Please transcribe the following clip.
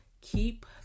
keep